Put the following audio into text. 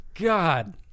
god